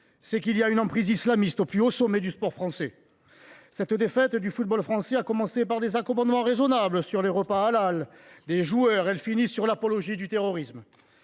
c’est qu’il y a une emprise islamiste au plus haut sommet du sport français. La défaite du football français, qui avait commencé par des accommodements raisonnables sur les repas halal des joueurs, finit avec l’apologie du terrorisme.